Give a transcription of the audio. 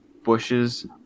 Bushes